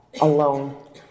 alone